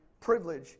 privilege